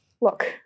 Look